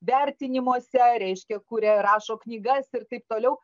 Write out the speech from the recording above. vertinimuose reiškia kuria rašo knygas ir taip toliau